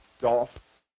Dolph